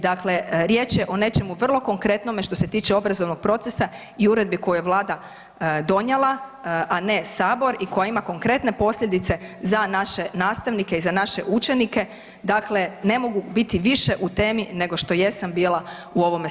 Dakle, riječ je o nečemu vrlo konkretnome što se tiče obrazovnog procesa i uredbe koju je Vlada donijela, a ne Sabor i koja ima konkretne posljedice za naše nastavnike i za naše učenike, dakle, ne mogu biti više u temi nego što jesam bila u ovome svome govoru.